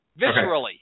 viscerally